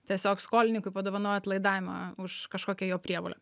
tiesiog skolininkui padovanojot laidavimą už kažkokią jo prievolę